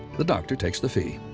the doctor takes the fee.